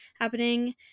happening